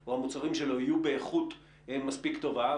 או המוצרים שלו יהיו באיכות מספיק טובה,